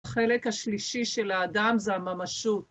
חלק השלישי של האדם זה הממשות.